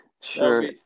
sure